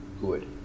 good